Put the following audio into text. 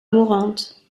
mourante